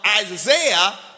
Isaiah